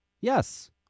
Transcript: Yes